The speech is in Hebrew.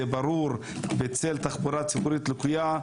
זה ברור שזה בעייתי מאוד כי התחבורה הציבורית לקויה.